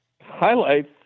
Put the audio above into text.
Highlights